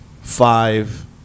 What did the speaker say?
Five